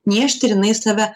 niežti ir jinai save